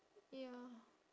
ya